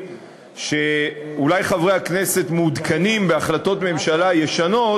שאולי חברי הכנסת מעודכנים בהחלטות ממשלה ישנות,